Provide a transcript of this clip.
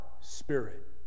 spirit